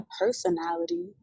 personality